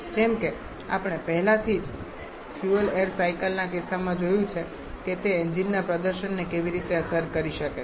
જેમ કે આપણે પહેલાથી જ ફ્યુઅલ એઈર સાયકલના કિસ્સામાં જોયું છે કે તે એન્જિનના પ્રદર્શનને કેવી રીતે અસર કરી શકે છે